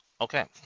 Okay